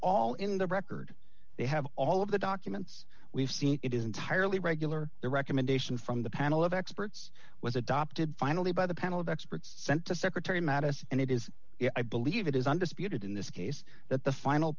all in the record they have all of the documents we've seen it is entirely regular the recommendation from the panel of experts was adopted finally by the panel of experts sent to secretary madison and it is i believe it is undisputed in this case that the final